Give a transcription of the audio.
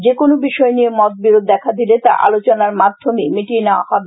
যে কোন বিষয় নিয়ে মত বিরোধ দেখা দিলে তা আলোচনার মাধ্যমে মিটিয়ে নেওয়া হবে